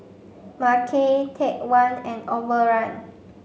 Mackay Take One and Overrun